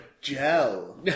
gel